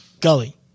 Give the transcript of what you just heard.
Gully